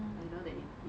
I know that it